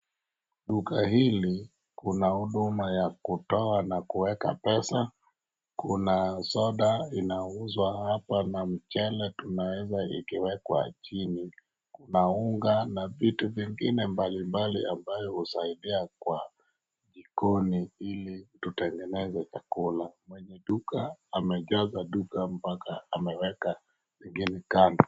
Duka hili kuna huduma ya kutoa na kuweka pesa. Kuna soda inauzwa hapa na mchele tunaweza ikiwekwa chini. Kuna unga na vitu vingine ambayo husaidia kwa jikoni ili tutengeneze chakula. Mwenye duka amejaza duka mpaka ameweka zingine kando.